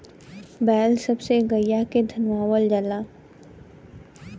बैल सब से गईया के धनवावल जाला